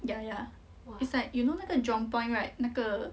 yeah yeah it's like you know 那个 jurong point right 那个